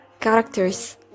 Characters